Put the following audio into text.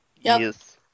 Yes